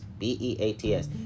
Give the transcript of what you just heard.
B-E-A-T-S